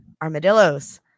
armadillos